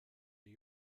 new